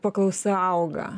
paklausa auga